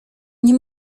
nie